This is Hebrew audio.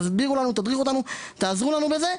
תסבירו לנו, תדריכו אותנו, תעזרו לנו בזה.